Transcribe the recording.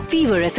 Fever